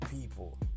people